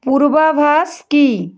পূর্বাভাস কী